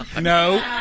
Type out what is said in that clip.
No